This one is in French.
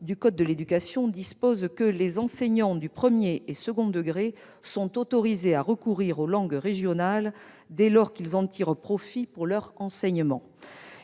du code de l'éducation dispose que les enseignants des premier et second degrés « sont autorisés à recourir aux langues régionales, dès lors qu'ils en tirent profit pour leur enseignement.